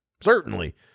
Certainly